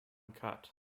cut